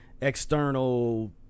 external